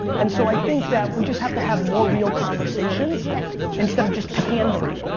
and so i think that we just have to have more real conversations instead of just pandering.